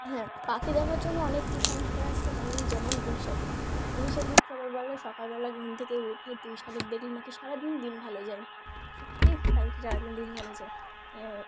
হ্যাঁ পাখি দেখার জন্য অনেক কুসংস্কার আছে যেমন যেমন দুই শালিক দুই শালিক সবাই বলে সকালবেলা ঘুম থেকে উঠে দুই শালিক দেখলে নাকি সারাদিন দিন ভালো যায় সত্যিই প্রায় সারাদিন দিন ভালো যায়